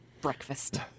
breakfast